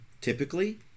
typically